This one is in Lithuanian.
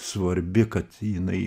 svarbi kad jinai